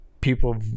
people